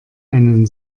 einen